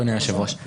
אדוני היושב-ראש,